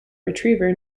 retriever